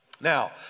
Now